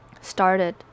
started